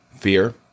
fear